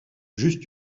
juste